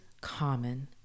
common